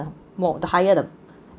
more the higher the